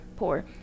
poor